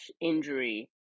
injury